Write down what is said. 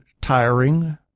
tiring